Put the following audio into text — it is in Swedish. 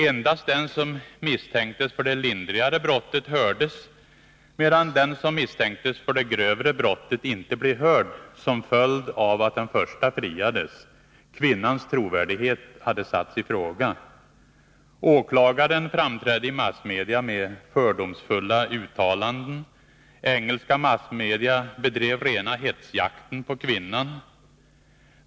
Endast den som misstänktes för det lindrigare brottet hördes, medan den som misstänktes för det grövre brottet inte blev hörd som följd av att den förste friades. Kvinnans trovärdighet hade satts i fråga. Åklagaren framträdde i massmedia med fördomsfulla uttalanden. Engelska massmedia bedrev rena hetsjakten på kvinnan.